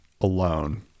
alone